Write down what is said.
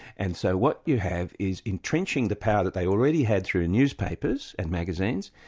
and so what you have is entrenching the power that they already had through and newspapers and magazines,